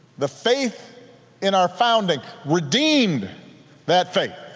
the faith in our founding, redeemed that faith